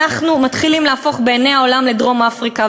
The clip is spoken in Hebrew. אנחנו מתחילים להפוך בעיני העולם לדרום-אפריקה,